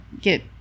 get